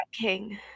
King